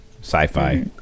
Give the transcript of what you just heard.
sci-fi